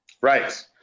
Right